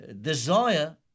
desire